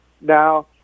now